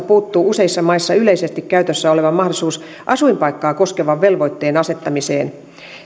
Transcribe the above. puuttuu useissa maissa yleisesti käytössä oleva mahdollisuus asuinpaikkaa koskevan velvoitteen asettamiseen